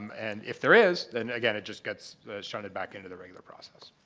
and if there is, then again, it just gets shunted back into the regular process.